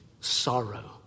sorrow